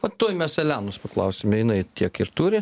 va tuoj mes elenos paklausime jinai tiek ir turi